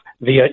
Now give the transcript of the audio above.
via